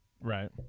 Right